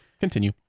continue